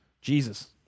Jesus